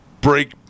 break